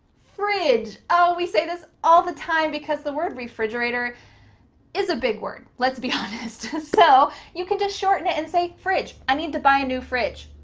fridge. oh, we say this all the time because the word refrigerator is a big word. let's be honest. so, you can just shorten it and say fridge. i need to buy a new fridge.